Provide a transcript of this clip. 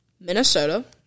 Minnesota